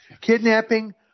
Kidnapping